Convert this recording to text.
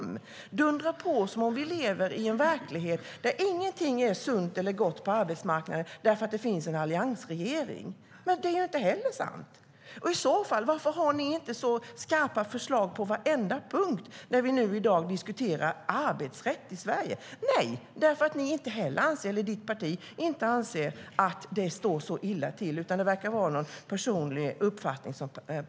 Patrik Björck dundrar på som om vi lever i en verklighet där inget är sunt eller gott på arbetsmarknaden för att det finns en alliansregering. Det är inte heller sant. Varför har ni i så fall inte skarpa förslag på varenda punkt när vi i dag diskuterar arbetsrätt i Sverige? Nej, för att ditt parti inte anser att det står så illa till. Det verkar i stället vara Patrik Björcks personliga uppfattning.